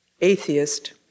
atheist